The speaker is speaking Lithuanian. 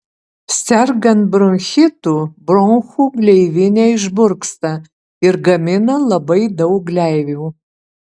sergant bronchitu bronchų gleivinė išburksta ir gamina labai daug gleivių